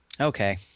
Okay